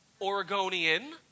Oregonian